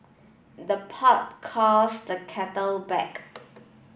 the pot calls the kettle black